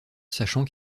sachant